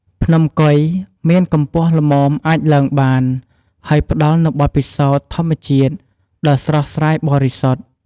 ភ្នំកុយ មានកម្ពស់ល្មមអាចឡើងបាន ហើយផ្តល់នូវបទពិសោធន៍ធម្មជាតិដ៏ស្រស់ស្រាយបរិសុទ្ធ។